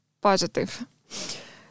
positive